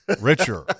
richer